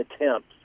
attempts